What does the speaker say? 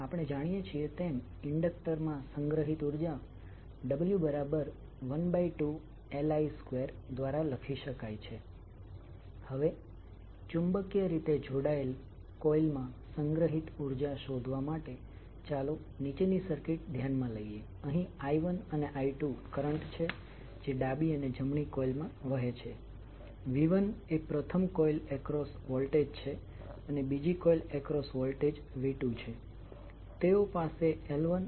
મૂળભૂત રીતે જે સર્કિટ્સ આપણે આજ સુધી ચર્ચા કરી છે તે વાહક રીતે જોડાયેલી હતી જેનો અર્થ એ છે કે એક લૂપને કારણે તેની બાજુની લૂપ કરંટના વહન દ્વારા અસર થઈ રહી હતી એટલે કે બંને લૂપ એક સાથે જોડાયેલી હતી અને કરંટ એક લૂપથી બીજી લૂપમાં વહેતો હતો